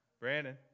Brandon